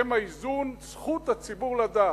בשם האיזון, זכות הציבור לדעת.